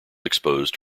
exposed